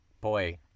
boy